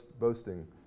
boasting